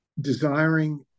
desiring